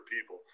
people